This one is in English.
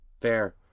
Fair